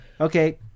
Okay